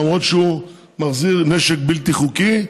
למרות שהוא מחזיר נשק בלתי חוקי,